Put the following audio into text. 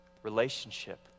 relationship